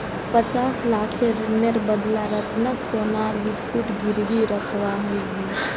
पचास लाखेर ऋनेर बदला रतनक सोनार बिस्कुट गिरवी रखवा ह ले